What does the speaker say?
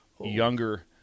younger